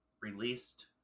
released